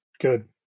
Good